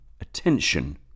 attention